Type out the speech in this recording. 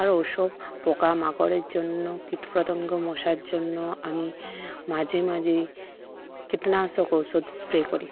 আর ওসব পোকামাকড়ের জন্য কীটপতঙ্গ মশার জন্য আমি মাঝে মাঝে কীটনাশক ঔষধ স্প্রে করি